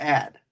add